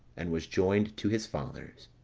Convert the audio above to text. and was joined to his fathers.